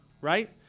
right